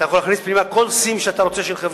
אתה יכול להכניס פנימה כל sim של חברה